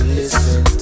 listen